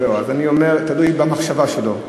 לא, אז אני אומר, תלוי במחשבה שלו.